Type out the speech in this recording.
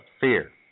fear